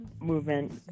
movement